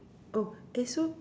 oh eh so